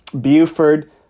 Buford